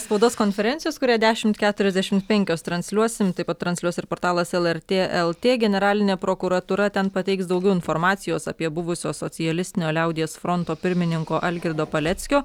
spaudos konferencijos kurią dešimt keturiasdešimt penkios transliuosim taip pat transliuos ir portalas lrt lt generalinė prokuratūra ten pateiks daugiau informacijos apie buvusio socialistinio liaudies fronto pirmininko algirdo paleckio